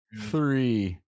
three